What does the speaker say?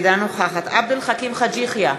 אינה נוכחת עבד אל חכים חאג' יחיא,